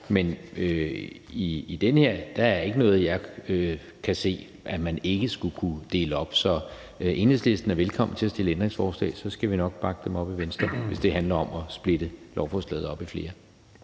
ned i salen – er der ikke noget, jeg kan se man ikke skulle kunne dele op. Så Enhedslisten er velkommen til at stille ændringsforslag, og så skal vi nok bakke dem op i Venstre, hvis de handler om at dele lovforslaget op i flere